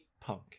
punk